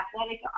athletic